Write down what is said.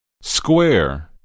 square